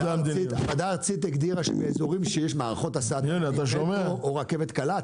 הוועדה הארצית הגדירה שבאזורים שיש מערכות הסעה או רכבת קלה,